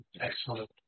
excellent